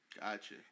Gotcha